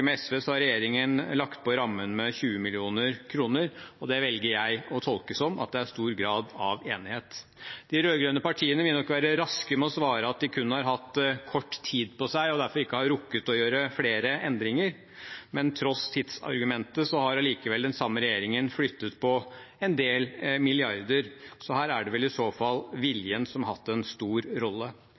med SV har regjeringen lagt på rammen med 20 mill. kr. Det velger jeg å tolke som at det er stor grad av enighet. De rød-grønne partiene vil nok være raske med å svare at de kun har hatt kort tid på seg og derfor ikke har rukket å gjøre flere endringer, men tross tidsargumentet har allikevel den samme regjeringen flyttet på en del milliarder kroner, så her er det vel i så fall viljen som har hatt en stor rolle.